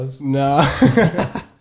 No